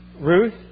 Ruth